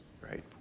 right